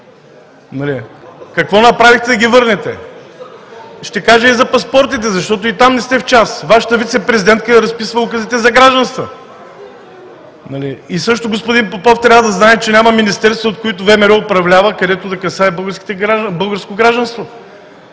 за паспортите. ЮЛИАН АНГЕЛОВ: Ще кажа и за паспортите, защото и там не сте в час. Вашата вицепрезидентка разписва указите за гражданства. И също господни Попов трябва да знае, че няма министерства, които ВМРО управлява, имащи отношение към българското гражданство.